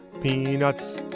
Peanuts